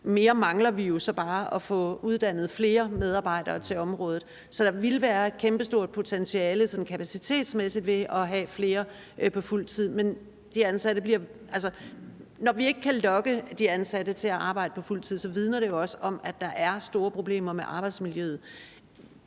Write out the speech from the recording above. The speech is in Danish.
mere mangler vi jo så bare at få uddannet flere medarbejdere til området. Så der ville være et kæmpestort potentiale sådan kapacitetsmæssigt ved at have flere på fuld tid. Når vi ikke kan lokke de ansatte til at arbejde på fuld tid, så vidner det jo også om, at der er store problemer med arbejdsmiljøet.